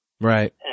Right